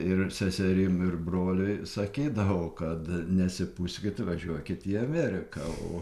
ir seserim ir broliui sakydavo kad nesipūskit važiuokit į ameriką o